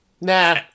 Nah